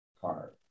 car